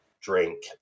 drink